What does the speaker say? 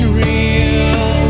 real